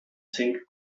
zink